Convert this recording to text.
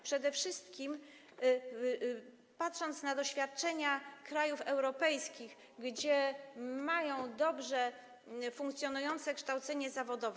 Przede wszystkim patrząc na doświadczenia krajów europejskich, które mają dobrze funkcjonujące kształcenie zawodowe.